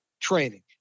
training